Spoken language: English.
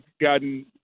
gotten